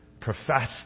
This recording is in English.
profess